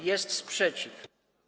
Jest sprzeciw.